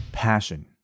passion